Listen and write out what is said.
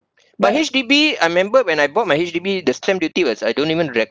but H_D_B I remember when I bought my H_D_B the stamp duty was I don't even